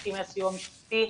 חברתי מהסיוע המשפטי,